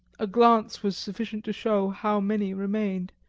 a glance was sufficient to show how many remained,